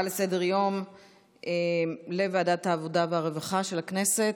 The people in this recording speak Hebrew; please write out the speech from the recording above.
לסדר-היום לוועדת העבודה והרווחה של הכנסת.